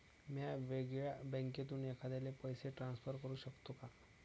म्या वेगळ्या बँकेतून एखाद्याला पैसे ट्रान्सफर करू शकतो का?